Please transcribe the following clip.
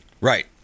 Right